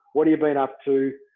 what do you been up to?